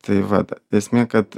tai vat esmė kad